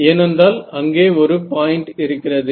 ஏனென்றால் அங்கே ஒரு பாயிண்ட் இருக்கிறது